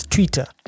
Twitter